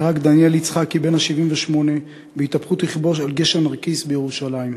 נהרג דניאל יצחקי בן ה-78 בהתהפכות רכבו על גשר נרקיס בירושלים.